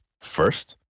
first